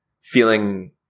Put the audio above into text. feeling –